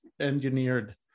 engineered